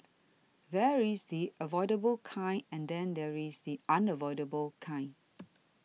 there is the avoidable kind and then there is the unavoidable kind